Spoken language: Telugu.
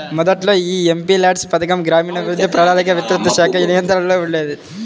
మొదట్లో యీ ఎంపీల్యాడ్స్ పథకం గ్రామీణాభివృద్ధి, ప్రణాళికా మంత్రిత్వశాఖ నియంత్రణలో ఉండేది